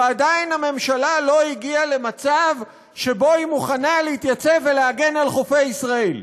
ועדיין הממשלה לא הגיעה למצב שהיא מוכנה להתייצב ולהגן על חופי ישראל.